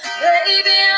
baby